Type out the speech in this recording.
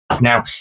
now